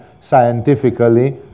scientifically